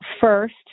first